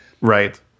Right